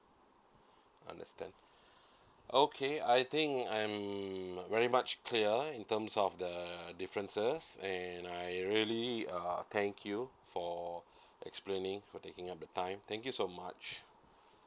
understand okay I think I'm very much clear in terms of the differences and I really uh thank you for explaining for taking up your time thank you so much